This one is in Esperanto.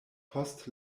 post